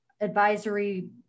Advisory